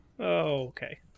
Okay